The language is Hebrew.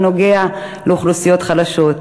שנוגע לאוכלוסיות חלשות.